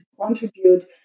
contribute